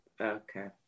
okay